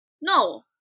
No